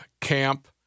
camp